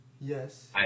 Yes